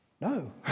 no